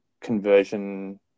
conversion